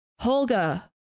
Holga